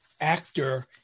actor